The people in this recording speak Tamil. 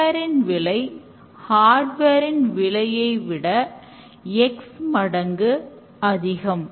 பயனாளர்களிடம் இருந்து சரியான தேவையை பெறுவதற்கு feedback முக்கியம்